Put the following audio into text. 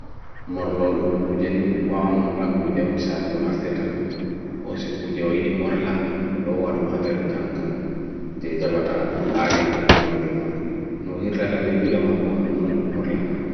morlulum kuja ni wa morla kuja onsa monafti tadu osi kuja oidi morla, ola wa dum hande renjamga je jabata adin ta morla ojumma nuhirlata veju le makoh nundum morlata